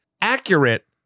Accurate